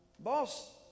Boss